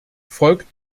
folgt